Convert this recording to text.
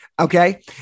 Okay